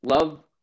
love